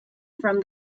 from